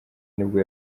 nibwo